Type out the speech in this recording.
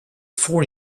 four